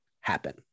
happen